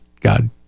God